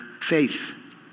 faith